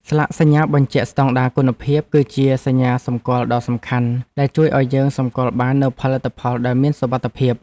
ស្លាកសញ្ញាបញ្ជាក់ស្តង់ដារគុណភាព គឺជាសញ្ញាសម្គាល់ដ៏សំខាន់ដែលជួយឱ្យយើងសម្គាល់បាននូវផលិតផលដែលមានសុវត្ថិភាព។